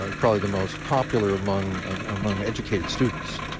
ah probably the most popular among among educated students.